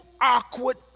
awkward